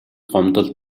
гомдол